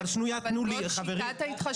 תנו לי, חברים.